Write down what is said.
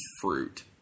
fruit